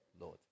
Lord